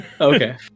Okay